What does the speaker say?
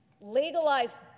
legalize